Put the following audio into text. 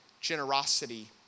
generosity